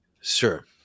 sure